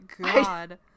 god